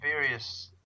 various